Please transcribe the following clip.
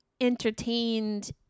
entertained